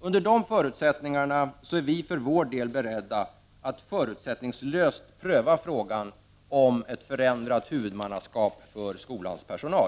Under dessa förutsätt ningar är vi i centern för vår del beredda att förutsättningslöst pröva frågan om ett förändrat huvudmannaskap för skolans personal.